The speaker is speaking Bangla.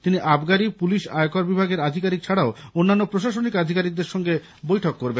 তিনি আবগারি পুলিশ আয়কর বিভাগের আধিকারিক ছাড়াও অন্যান্য প্রশাসনিক আধিকারিকদের সঙ্গে বৈঠক করবেন